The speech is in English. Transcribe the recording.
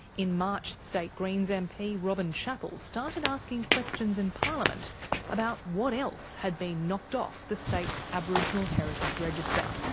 in march, state greens mp robin chapple started asking questions in parliament about what else had been knocked off the state's aboriginal heritage register.